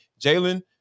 Jalen